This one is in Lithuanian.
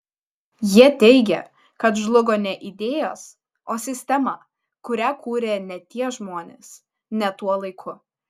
jie teigia kad žlugo ne idėjos o sistema kurią kūrė ne tie žmonės ne tuo laiku